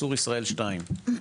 "צור ישראל 2"